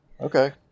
Okay